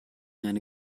eine